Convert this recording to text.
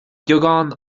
beagán